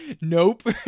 nope